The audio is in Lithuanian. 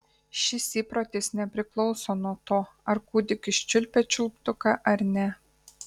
šis įprotis nepriklauso nuo to ar kūdikis čiulpia čiulptuką ar ne